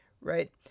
right